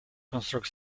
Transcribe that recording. construct